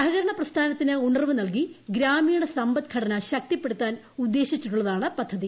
സഹകരണ പ്രസ്ഥാനത്തിന് ഉണർവ്വ് നൽകി ഗ്രാമീണ സമ്പദ്ഘടന ശക്തിപ്പെടുത്താൻ ഉദ്ദേശിച്ചിട്ടുള്ളത്ാണ് പദ്ധതി